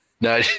no